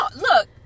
look